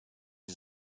sie